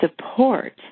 support